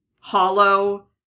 hollow